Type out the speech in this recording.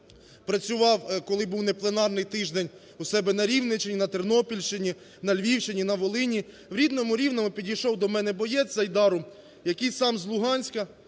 працював, коли бувнепленарний тиждень, у себе на Рівненщині, на Тернопільщині, на Львівщині, на Волині, в рідному Рівному підійшов до мене боєць з "Айдару", який сам з Луганська,